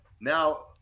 now